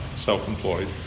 self-employed